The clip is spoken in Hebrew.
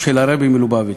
של הרבי מלובביץ',